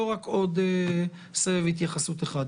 לא בטוח שהבוחר התכוון בכלל שהם ייכנסו לכנסת.